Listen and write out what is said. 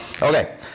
Okay